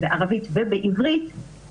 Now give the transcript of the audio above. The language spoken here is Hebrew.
בערבית ובעברית.